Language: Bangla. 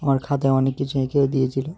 আমার খাতায় অনেক কিছু এঁকেও দিয়েছিল